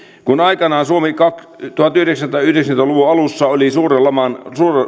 kun aikanaan suomi tuhatyhdeksänsataayhdeksänkymmentä luvun alussa oli suuren laman